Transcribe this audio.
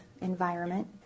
environment